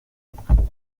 herr